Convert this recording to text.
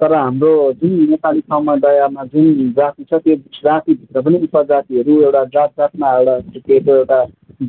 तर हाम्रो जुन नेपाली समुदायमा जुन जाति छ त्यो जातिभित्र पनि उप जातिहरू एउटा जात जातमा एउटा छुटेको एउटा